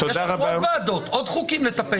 יש לנו עוד ועדות, עוד חוקים לטפל בהם.